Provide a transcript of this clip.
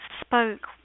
spoke